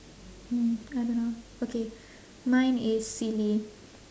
hmm I don't know okay mine is silly